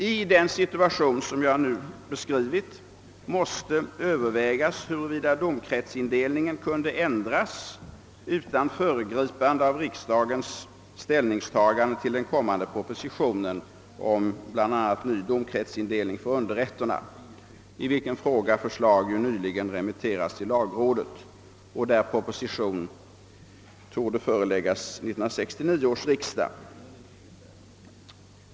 I den situation som jag nu beskrivit måste övervägas, huruvida domkretsindelningen kunde ändras utan föregripande av riksdagens ställningstagande till den kommande propositionen om bl.a. ny domkretsindelning för underrätterna. I denna fråga har förslag nyligen remitterais till lagrådet, och proposition i ämnet torde komma att föreläggas 1969 års riksdag.